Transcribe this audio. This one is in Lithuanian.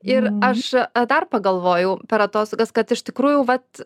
ir aš dar pagalvojau per atostogas kad iš tikrųjų vat